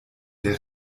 der